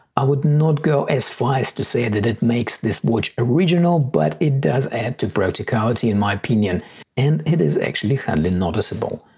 i would not go as fast to say that it makes this watch original but it does add to practicality in my opinion and it is actually hardly noticeable.